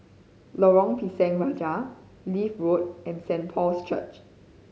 Lorong Pisang Raja Leith Road and Saint Paul's Church